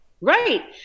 right